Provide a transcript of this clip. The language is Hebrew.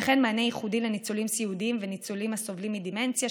וכן מענה ייחודי לניצולים סיעודיים וניצולים הסובלים מדמנציה,